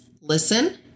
listen